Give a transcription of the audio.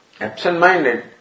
absent-minded